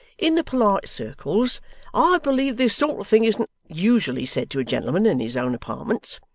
in the polite circles i believe this sort of thing isn't usually said to a gentleman in his own apartments,